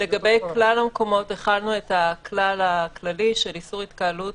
לגבי כלל המקומות החלנו את הכלל הכללי של איסור התקהלות,